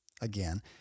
Again